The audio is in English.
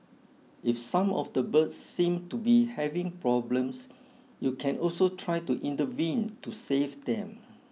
if some of the birds seem to be having problems you can also try to intervene to save them